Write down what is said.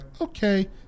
okay